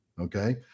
okay